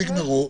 תגמרו,